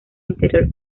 interior